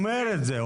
הוא אומר את זה.